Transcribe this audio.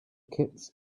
kits